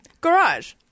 Garage